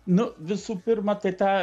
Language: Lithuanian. nu visų pirma tai tą